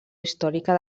històrica